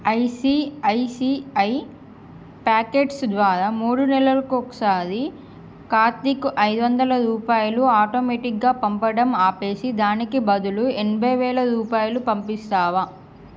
ICICI packets ద్వారా మూడు నెలలకోకసారి కార్తిక్ ఐదు వందలు రూపాయలు ఆటోమేటిక్గా పంపడం ఆపేసి దానికి బదులు ఎనభై వేల రూపాయలు పంపిస్తావా